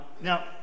Now